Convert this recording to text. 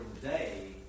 today